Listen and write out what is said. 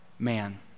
Man